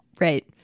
Right